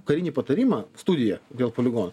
karinį patarimą studiją dėl poligono